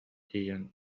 тиийэн